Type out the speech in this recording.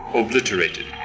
obliterated